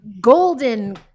golden